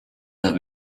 have